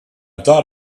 thought